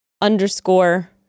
underscore